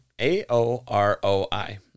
A-O-R-O-I